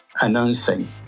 announcing